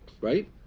right